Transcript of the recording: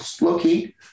low-key